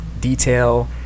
detail